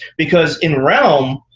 because in realm,